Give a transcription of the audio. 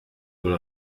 wohl